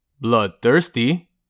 Bloodthirsty